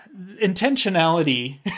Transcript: intentionality